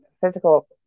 Physical